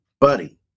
Buddy